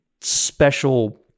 special